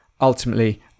ultimately